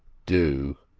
do.